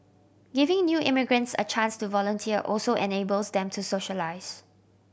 giving new immigrants a chance to volunteer also enables them to socialise